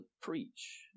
preach